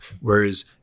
Whereas